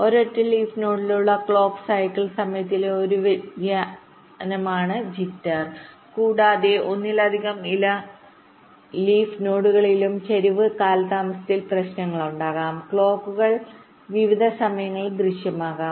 ഒരൊറ്റ ലീഫ് നോഡിനുള്ള clock cycle സമയത്തിലെ ഒരു വ്യതിയാനമാണ് ജിറ്റർ കൂടാതെ ഒന്നിലധികം ഇല നോഡുകളിലുടനീളം ചരിവ് കാലതാമസത്തിൽ വ്യത്യാസമുണ്ടാകാം ക്ലോക്കുകൾ വിവിധ സമയങ്ങളിൽ ദൃശ്യമാകും